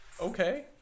okay